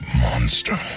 monster